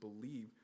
believe